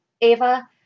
Ava